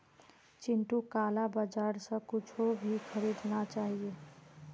चिंटूक काला बाजार स कुछू नी खरीदना चाहिए